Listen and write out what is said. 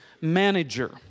manager